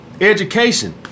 education